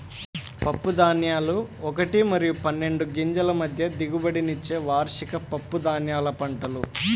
పప్పుధాన్యాలు ఒకటి మరియు పన్నెండు గింజల మధ్య దిగుబడినిచ్చే వార్షిక పప్పుధాన్యాల పంటలు